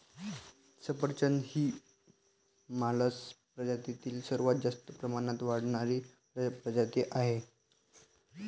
सफरचंद ही मालस प्रजातीतील सर्वात जास्त प्रमाणात वाढणारी प्रजाती आहे